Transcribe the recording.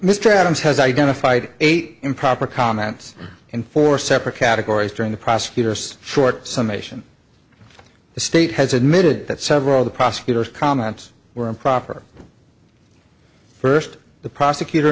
mr adams has identified eight improper comments in four separate categories during the prosecutor's short some nation the state has admitted that several of the prosecutors comments were improper first the prosecutor